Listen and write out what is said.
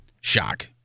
shock